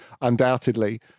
undoubtedly